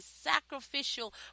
sacrificial